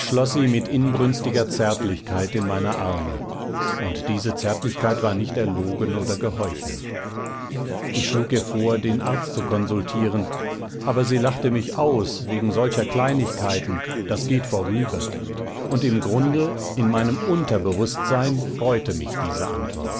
mit inbrünstiger zärtlichkeit in meine arme und diese zärtlichkeit war nicht erlogen oder geheuchelt ich schlug ihr vor den arzt zu konsultieren aber sie lachte mich aus wegen solcher kleinigkeiten das geht vorüber und im grunde in meinem unterbewußtsein freute mich diese antwort